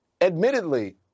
admittedly